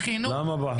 חינוך,